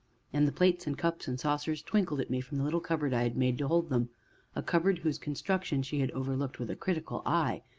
and the plates and cups and saucers twinkled at me from the little cupboard i had made to hold them a cupboard whose construction she had overlooked with a critical eye.